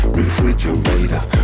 refrigerator